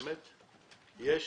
שיש